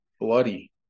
bloody